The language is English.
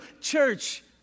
church